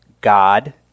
God